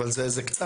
אבל זה קצת.